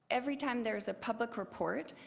every time there's a public report,